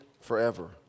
forever